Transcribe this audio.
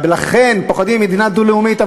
לכן פוחדים ממדינה דו-לאומית.